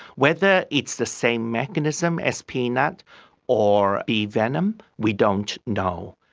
whether it's the same mechanism as peanut or bee venom, we don't know.